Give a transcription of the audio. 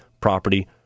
property